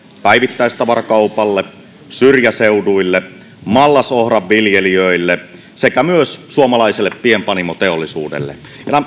päivittäistavarakaupalle syrjäseuduille mallasohran viljelijöille sekä myös suomalaiselle pienpanimoteollisuudelle